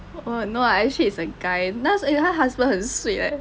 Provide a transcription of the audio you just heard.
no lah actually it's a guy eh 他 husband 很 sweet eh